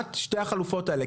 ובבחינת שתי החלופות האלה,